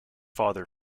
father